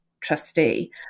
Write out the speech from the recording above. trustee